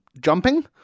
jumping